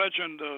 legend